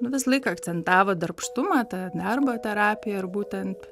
nu visą laiką akcentavo darbštumą tą darbo terapiją ir būtent